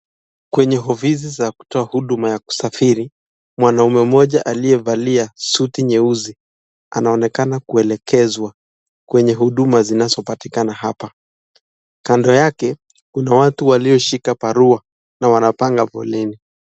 Kwenye ofisi za kutoa huduma ya kusafiri. Mwanaume moja aliyevalia suti nyeusi anaonekana kuelekezwa kwenye huduma zinazopatikana hapa. Kando yake kuna watu walioshika barua na wanapanga foleni.